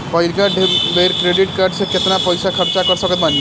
पहिलका बेर credit card से केतना पईसा खर्चा कर सकत बानी?